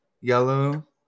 yellow